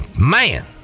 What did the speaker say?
Man